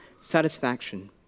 satisfaction